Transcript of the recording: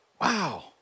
wow